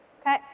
okay